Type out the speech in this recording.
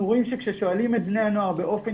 אנחנו רואים שכששואלים את בני הנוער באופן